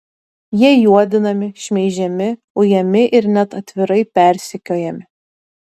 jie juodinami šmeižiami ujami ir net atvirai persekiojami